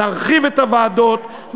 נרחיב את הוועדות,